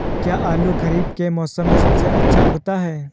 क्या आलू खरीफ के मौसम में सबसे अच्छा उगता है?